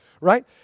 Right